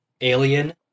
Alien